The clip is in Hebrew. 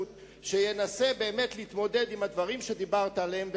שינסה להתמודד עם הדברים שדיברת עליהם,